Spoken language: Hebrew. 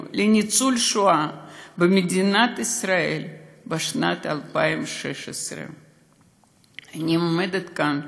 של ניצול שואה במדינת ישראל בשנת 2016. אני עומדת כאן,